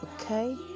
okay